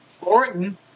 Orton